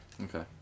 Okay